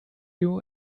you